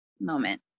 moment